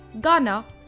Ghana